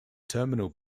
terminal